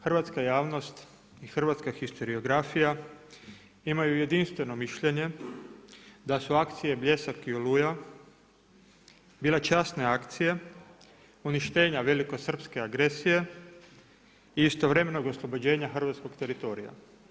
Hrvatska javnost i hrvatska historiografija imaju jedinstveno mišljenje da su akcije Bljesak i Oluja bile časne akcije uništenja Velikosrpske agresije i istovremenog oslobođenja hrvatskog teritorija.